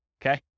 Okay